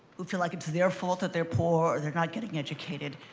who feel like it's their fault that they're poor, or they're not getting educated,